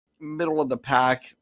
middle-of-the-pack